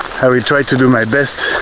i will try to do my best